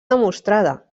demostrada